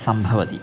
सम्भवति